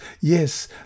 yes